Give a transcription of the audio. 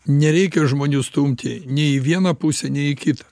nereikia žmonių stumti nei į vieną pusę nei į kitą